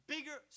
Bigger